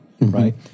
right